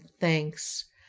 thanks